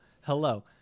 Hello